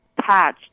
patch